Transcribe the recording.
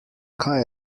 kaj